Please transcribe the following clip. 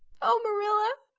oh, marilla,